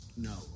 No